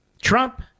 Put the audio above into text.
Trump